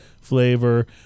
flavor